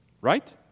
Right